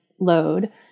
load